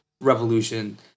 revolution